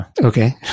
Okay